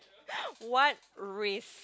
what risk